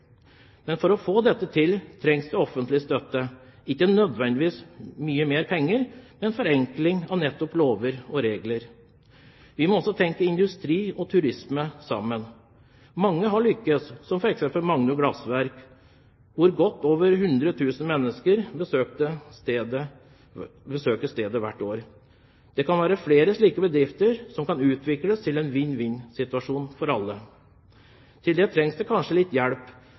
Men for å få dette til trengs det offentlig støtte, ikke nødvendigvis mye mer penger, men en forenkling av nettopp lover og regler. Vi må også tenke industri og turisme sammen. Mange har lyktes, som f.eks. Magnor Glassverk, som har godt over 100 000 besøkende hvert år. Det kan være flere slike bedrifter som kan utvikles, slik at det blir en vinn-vinn-situasjon for alle. Til det trenger de kanskje litt hjelp,